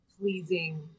pleasing